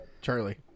Charlie